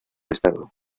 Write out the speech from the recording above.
estado